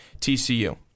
TCU